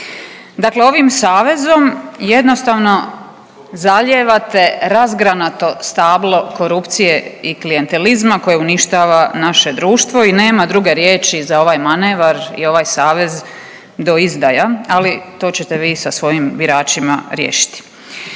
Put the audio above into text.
Dakle, ovim savezom jednostavno zaljevate razgranato stablo korupcije i klijentelizma koje uništava naše društvo i nema druge riječi za ovaj manevar i ovaj savez do izdaja, ali to ćete vi sa svojim biračima riješiti.